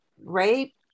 rape